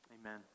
Amen